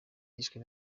yishwe